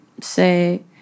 say